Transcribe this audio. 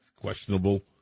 questionable